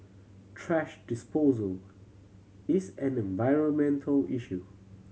thrash disposal is an environmental issue